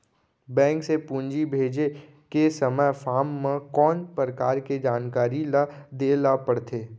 Bank से पूंजी भेजे के समय फॉर्म म कौन परकार के जानकारी ल दे ला पड़थे?